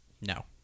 No